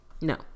No